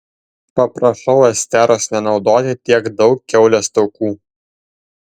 paprašau esteros nenaudoti tiek daug kiaulės taukų